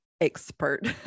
expert